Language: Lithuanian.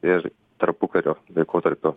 ir tarpukario laikotarpio